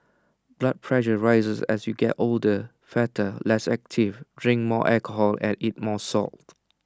blood pressure rises as you get older fatter less active drink more alcohol and eat more salt